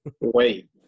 Wait